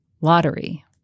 lottery